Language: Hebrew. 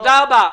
תודה רבה.